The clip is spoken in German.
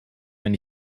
wenn